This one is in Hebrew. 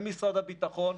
ממשרד הביטחון,